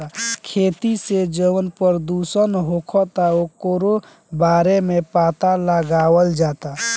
खेती से जवन प्रदूषण होखता ओकरो बारे में पाता लगावल जाता